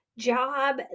job